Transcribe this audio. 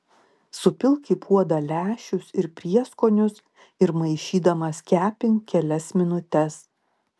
supilk į puodą lęšius ir prieskonius ir maišydamas kepink kelias minutes